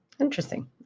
Interesting